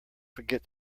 forget